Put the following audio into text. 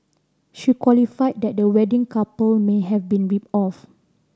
she qualified that the wedding couple may have been ripped off